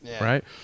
Right